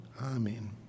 Amen